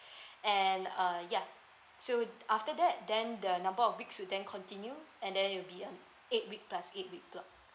and uh ya so after that then the number of weeks would then continue and then it'll be an eight weeks plus eight weeks block